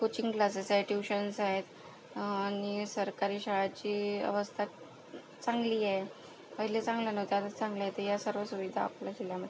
coaching classes आहे tuitions आहेत आणि सरकारी शाळाची अवस्था चांगली आहे पहिले चांगला नव्हता आता चांगला आहे तर या सर्व सुविधा आपल्या जिल्ह्यामध्ये